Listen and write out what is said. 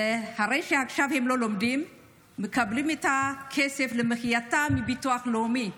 עכשיו הם לא לומדים ומקבלים את הכסף למחייתם מהביטוח הלאומי.